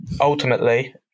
ultimately